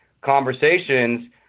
conversations